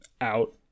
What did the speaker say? out